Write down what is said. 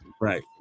Right